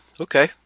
Okay